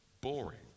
boring